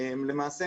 למעשה,